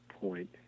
point